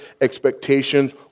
expectations